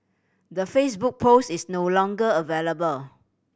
the Facebook post is no longer available